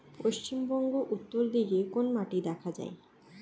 পশ্চিমবঙ্গ উত্তর দিকে কোন মাটি দেখা যায়?